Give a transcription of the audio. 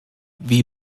wie